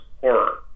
horror